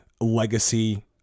legacy